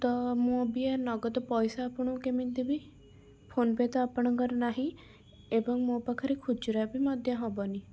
ତ ମୁଁ ବି ନଗଦ ପଇସା ଆପଣଙ୍କୁ କେମିତି ଦେବି ଫୋନପେ ତ ଆପଣଙ୍କର ନାହିଁ ଏବଂ ମୋ ପାଖେରେ ଖୁଚୁରା ବି ମଧ୍ୟ ହବନି